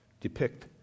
depict